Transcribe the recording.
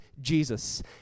Jesus